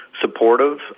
supportive